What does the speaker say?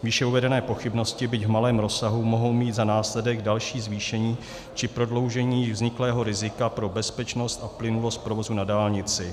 Výše uvedené pochybnosti, byť v malém rozsahu, mohou mít za následek další zvýšení či prodloužení vzniklého rizika pro bezpečnost a plynulost provozu na dálnici.